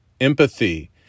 empathy